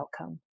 outcome